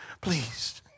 please